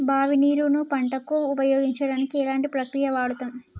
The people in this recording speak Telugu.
బావి నీరు ను పంట కు ఉపయోగించడానికి ఎలాంటి ప్రక్రియ వాడుతం?